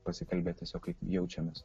pasikalbėt tiesiog kaip jaučiamės